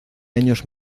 años